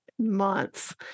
months